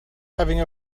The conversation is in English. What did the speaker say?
having